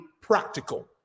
practical